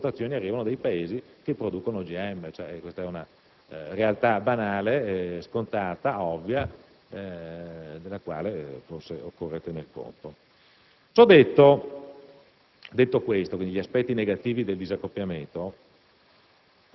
che è presidio anti OGM, è chiaro che aumentano le importazioni che arrivano dai Paesi che producono OGM. Questa è una realtà banale, scontata ed ovvia della quale forse occorre tener conto. Ho detto